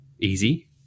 easy